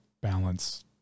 balance